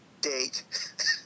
date